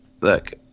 look